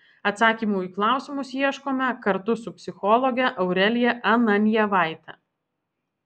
atsakymų į klausimus ieškome kartu su psichologe aurelija ananjevaite